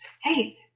Hey